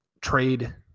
trade